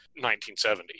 1970